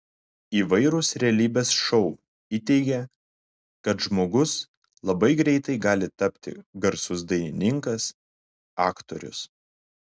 įvairūs realybės šou įteigė kad žmogus labai greitai gali tapti garsus dainininkas aktorius